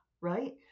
right